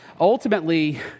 ultimately